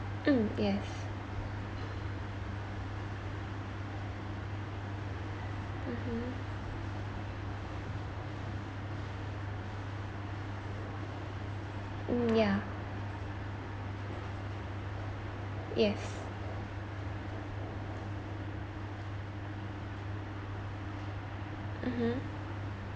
mm yes mmhmm mm yeah yes mmhmm